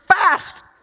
fast